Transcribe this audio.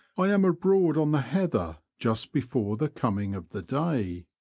i am abroad on the heather just before the coming of the day.